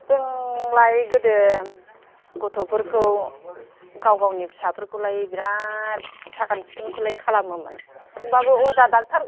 जोंलाय गोदो गथ'फोरखौ गाव गावनि फिसाफोरखौलाय बिराद साखोन सिखोनखौलाय खालामोमोन होनबाबो अजा डक्ट'र